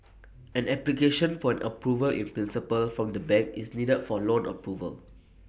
an application for an approval in principle from the bank is needed for loan approval